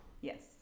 Yes